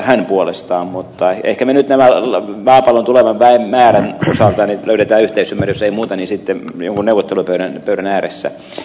pulliainen puolestaan tarkoitti mutta ehkä me nyt maapallon tulevan väen määrän osalta löydämme yhteisymmärryksen jos ei muuten niin jonkun neuvottelupöydän ääressä